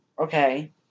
Okay